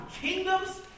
kingdoms